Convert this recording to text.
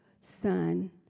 son